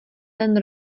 ten